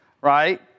Right